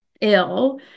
ill